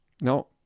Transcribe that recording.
No